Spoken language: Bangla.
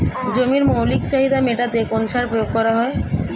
জমির মৌলিক চাহিদা মেটাতে কোন সার প্রয়োগ করা হয়?